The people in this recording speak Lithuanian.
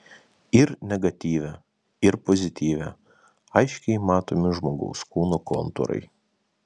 ir negatyve ir pozityve aiškiai matomi žmogaus kūno kontūrai